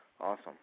Awesome